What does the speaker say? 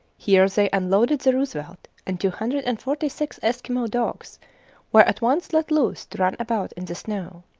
here they unloaded the roosevelt, and two hundred and forty-six eskimo dogs were at once let loose to run about in the snow.